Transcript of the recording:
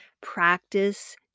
practice